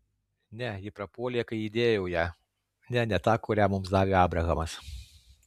ne ji prapuolė kai įdėjau ją ne ne tą kurią mums davė abrahamas